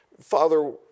Father